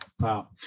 Wow